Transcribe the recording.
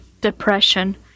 depression